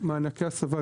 מענקי הסבה,